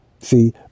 See